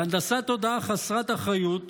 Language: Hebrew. בהנדסת תודעה חסרת אחריות,